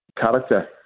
character